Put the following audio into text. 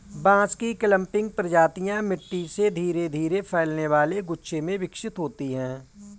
बांस की क्लंपिंग प्रजातियां मिट्टी से धीरे धीरे फैलने वाले गुच्छे में विकसित होती हैं